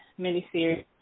miniseries